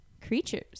creatures